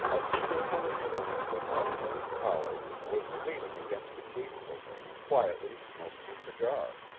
a single policeman, with upturned collar, was leaning against a gatepost, quietly smoking a cigar.